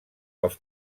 pels